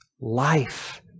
Life